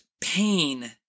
pain